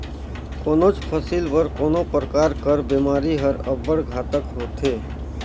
कोनोच फसिल बर कोनो परकार कर बेमारी हर अब्बड़ घातक होथे